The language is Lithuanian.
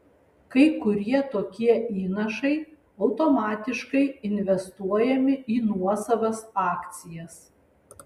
kai kurie tokie įnašai automatiškai investuojami į nuosavas akcijas